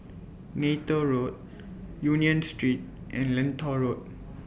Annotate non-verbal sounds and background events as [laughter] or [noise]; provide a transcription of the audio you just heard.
[noise] Neythal Road Union Street and Lentor Road